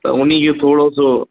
त उन खे थोरो सो